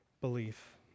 belief